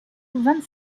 vingt